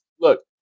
Look